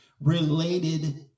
related